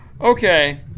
Okay